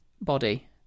body